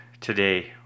today